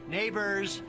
neighbors